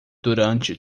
durante